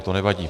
To nevadí.